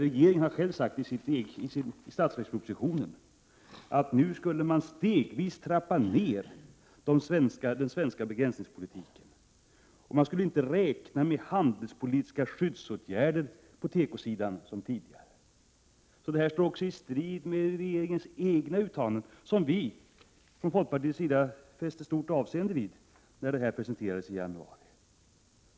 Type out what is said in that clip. Regeringen har sagt i sin statsverksproposition att man nu stegvis skall trappa ner den svenska begränsningspolitiken och att vi inte som tidigare skulle behöva räkna med handelspolitiska skyddsåtgärder på tekoområdet. Således strider den här politiken också mot regeringens uttalanden, som vi från folkpartiets sida fäste stort avseende vid när propositionen presenterades i januari.